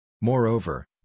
Moreover